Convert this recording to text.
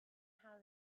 how